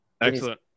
Excellent